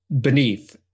beneath